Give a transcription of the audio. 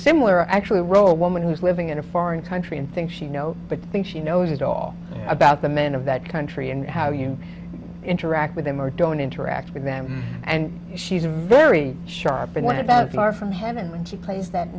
similar actually roll woman who's living in a foreign country and think she know but i think she knows it all about the men of that country and how you interact with them or don't interact with them and she's a very sharp one about far from heaven when she plays that